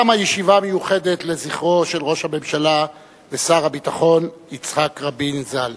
תמה הישיבה המיוחדת לזכרו של ראש הממשלה ושר הביטחון יצחק רבין ז"ל.